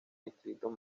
distritos